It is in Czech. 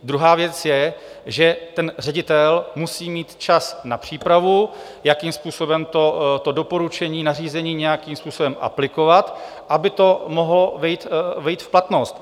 Druhá věc je, že ředitel musí mít čas na přípravu, jakým způsobem to doporučení, nařízení nějakým způsobem aplikovat, aby mohlo vejít v platnost.